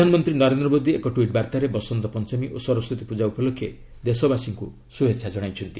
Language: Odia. ପ୍ରଧାନମନ୍ତ୍ରୀ ନରେନ୍ଦ୍ର ମୋଦୀ ଏକ ଟ୍ୱିଟ୍ବାର୍ଭାରେ ବସନ୍ତ ପଞ୍ଚମୀ ଓ ସରସ୍ୱତୀପୂଜା ଉପଲକ୍ଷେ ଦେଶବାସୀଙ୍କୁ ଶୁଭେଚ୍ଛା ଜଣାଇଛନ୍ତି